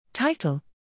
Title